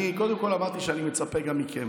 אני קודם כול אמרתי שאני מצפה גם מכם